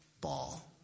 ball